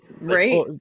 right